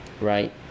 right